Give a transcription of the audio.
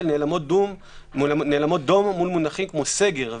נאלמות דום מול מונחים כמו סגר והסגר,